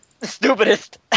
Stupidest